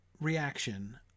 reaction